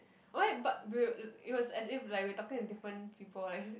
why but will uh it was as if like we are talking to different people eh he's